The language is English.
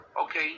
okay